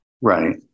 right